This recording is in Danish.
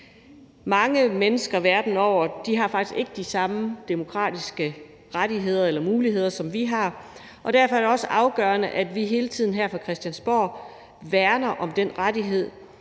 Mange mennesker verden over har faktisk ikke de samme demokratiske rettigheder eller muligheder, som vi har, og derfor er det også afgørende, at vi hele tiden her på Christiansborg værner om den rettighed